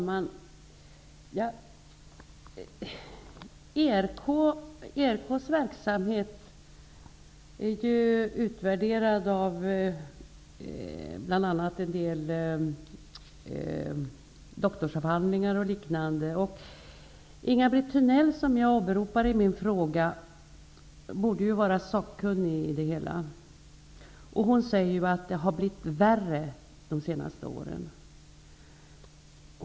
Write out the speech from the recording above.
Herr talman! ERK:s verksamhet är ju utvärderad i bl.a. en del doktorsavhandlingar och liknande. Inga-Britt Törnell, som jag åberopar i min fråga, borde vara sakkunnig i detta sammanhang, och hon säger att det har blivit värre under de senaste åren.